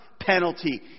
penalty